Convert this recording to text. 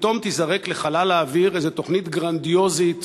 פתאום תיזרק לחלל האוויר איזה תוכנית גרנדיוזית